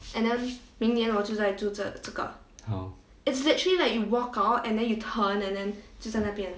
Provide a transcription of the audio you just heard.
好